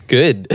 good